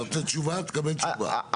תקבל תשובה,